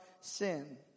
sin